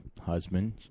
husband